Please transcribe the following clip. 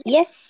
Yes